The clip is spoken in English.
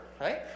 right